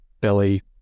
belly